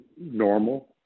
normal